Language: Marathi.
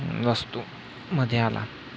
वस्तूमध्ये आला